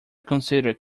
considered